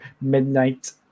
midnight